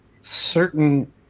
certain